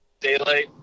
daylight